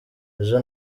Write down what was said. ejo